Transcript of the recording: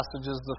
passages